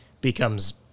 becomes